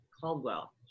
Caldwell